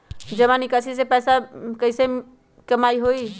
जमा निकासी से पैसा कईसे कमाई होई?